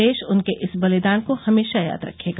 देश उनके इस योगदान को हमेशा याद रखेगा